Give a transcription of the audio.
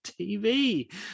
TV